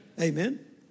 Amen